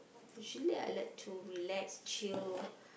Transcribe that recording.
usually I like to relax chill